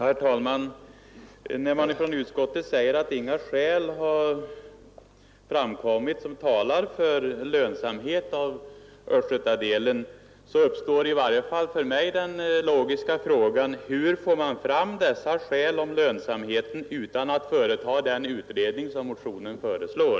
Herr talman! När utskottet säger att inga skäl har framkommit som talar för lönsamhet när det gäller östgötadelen, så uppstår i varje fall för mig den logiska frågan: Hur får man fram dessa skäl för lönsamhet utan att företa den utredning som föreslås i motionen?